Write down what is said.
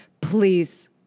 Please